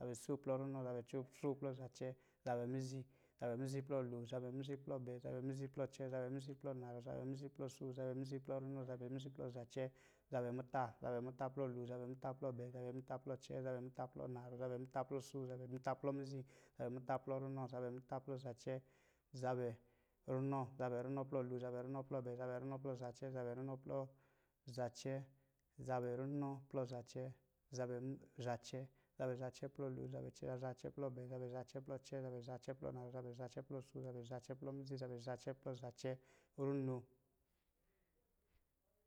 Zabɛ sóó plɔ runɔ, zabɛ sóó plɔ zacɛ, zabɛ mizi, zabɛ mizi plɔ lom, zabɛ mizi plɔ bɛɛ, zabɛ mizi plɔ cɛɛ, zabɛ mizi plɔ naarɔ, zabɛ mizi plɔ sóó, zabɛ mizi plɔ miziz, zabɛ mizi plɔ muta, zabɛ mizi plɔ runɔ, zabɛ mizi plɔ zacɛɛ, zabɛ muta plɔ lom, zabɛ muta plɔ bɛɛ, zabɛ muta plɔ cɛɛ, zabɛ muta plɔ naarɔ, zabɛ muta plɔ sóó, zabɛ muta plɔ miziz, zabɛ muta plɔ muta, zabɛ muta plɔ runɔ, zabɛ muta plɔ zacɛ, zabɛ runɔ, zabɛ runɔ plɔ lom, zabɛ runɔ plɔ bɛɛ, zabɛ runɔ plɔ cɛɛm zabɛ runɔ plɔ naarɔ, zabɛ runɔ plɔ sóó, zabɛ runɔ plɔ mizi, zabɛ runɔ plɔ muta, zabɛ runɔ plɔ runɔ, zabɛ runɔ plɔ zacɛ x, zabɛ zacɛ, zabɛ zacɛ plɔ lom, zabɛ zacɛ plɔ bɛɛ, zabɛ zacɛ plɔ sóó, zabɛ zacɛ plɔ mizi, zabɛ zacɛ plɔ muta, zabɛ zacɛ plɔ runɔ, zabɛ zacɛ plɔ zacɛ, runo lo.